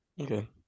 Okay